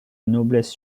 noblesse